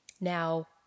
Now